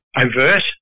overt